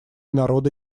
народа